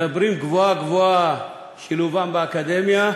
מדברים גבוהה-גבוהה על שילובם באקדמיה,